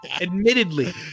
Admittedly